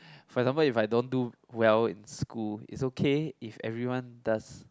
for example if I don't do well in school it's okay if everyone does